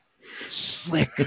Slick